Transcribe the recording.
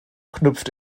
knüpft